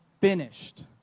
finished